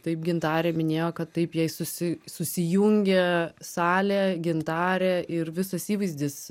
taip gintarė minėjo kad taip jai susi susijungė salė gintarė ir visas įvaizdis